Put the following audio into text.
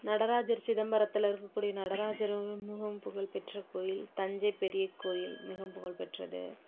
நடராஜர் சிதம்பரத்தில் இருக்கக்கூடிய நடராஜரும் ரொம்பவும் புகழ்பெற்ற கோயில் தஞ்சை பெரிய கோயில் மிகவும் புகழ்பெற்றது